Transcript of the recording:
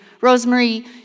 Rosemary